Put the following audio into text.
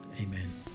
Amen